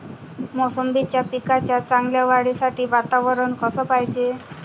मोसंबीच्या पिकाच्या चांगल्या वाढीसाठी वातावरन कस पायजे?